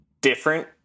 different